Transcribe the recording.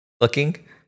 looking